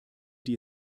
die